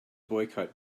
boycott